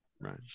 Right